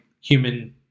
human